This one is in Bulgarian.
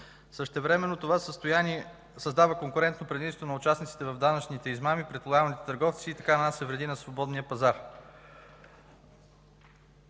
Същевременно това създава конкурентно предимство за участниците в данъчни измами пред лоялните търговци и така нанася вреди на свободния пазар.